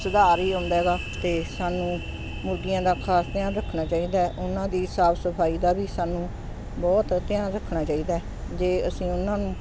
ਸੁਧਾਰ ਹੀ ਆਉਂਦਾ ਹੈਗਾ ਅਤੇ ਸਾਨੂੰ ਮੁਰਗੀਆਂ ਦਾ ਖ਼ਾਸ ਧਿਆਨ ਰੱਖਣਾ ਚਾਹੀਦਾ ਉਹਨਾਂ ਦੀ ਸਾਫ਼ ਸਫਾਈ ਦਾ ਵੀ ਸਾਨੂੰ ਬਹੁਤ ਧਿਆਨ ਰੱਖਣਾ ਚਾਹੀਦਾ ਜੇ ਅਸੀਂ ਉਹਨਾਂ ਨੂੰ